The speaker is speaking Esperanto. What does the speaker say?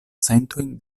sentojn